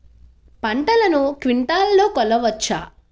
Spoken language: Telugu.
పంటను క్వింటాల్లలో కొలవచ్చా?